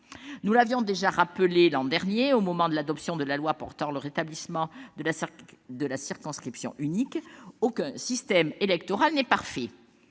Nous l'avions déjà rappelé l'an dernier, au moment de l'adoption du projet de loi portant rétablissement d'une circonscription unique : aucun système électoral n'est parfait.